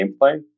gameplay